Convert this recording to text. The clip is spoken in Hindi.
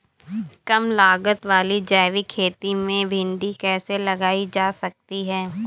कम लागत वाली जैविक खेती में भिंडी कैसे लगाई जा सकती है?